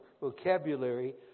vocabulary